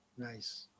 Nice